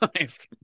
life